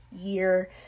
year